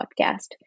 podcast